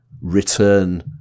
return